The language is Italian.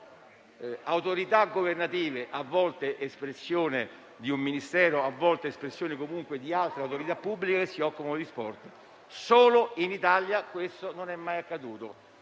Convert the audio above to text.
autorità governative, a volte espressione di un Ministero, a volte comunque espressione di altre autorità pubbliche, che si occupano di sport. Solo in Italia questo non è mai accaduto.